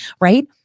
right